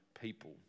people